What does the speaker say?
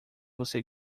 você